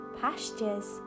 pastures